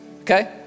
okay